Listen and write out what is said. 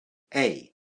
hey